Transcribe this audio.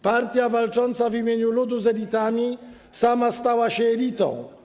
Partia walcząca w imieniu ludu z elitami sama stała się elitą.